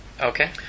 Okay